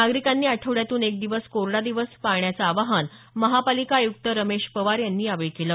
नागरिकांनी आठवड्यातून एक दिवस कोरडा दिवस पाळण्याचं आवाहन महापालिका आयुक्त रमेश पवार यांनी यावेळी केलं